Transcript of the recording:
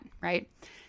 right